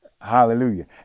hallelujah